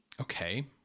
Okay